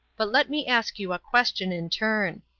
but let me ask you a question in turn.